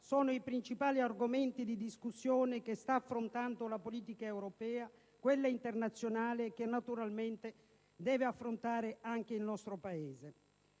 sono i principali argomenti di discussione che stanno affrontando la politica europea e quella internazionale e che naturalmente deve affrontare anche il nostro Paese.